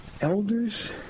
elders